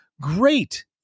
great